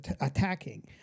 attacking